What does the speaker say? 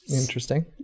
Interesting